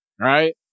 right